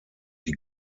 die